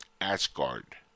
Asgard